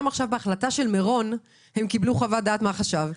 בהחלטה של מירון עכשיו הם קיבלו חוות דעת מהחשב,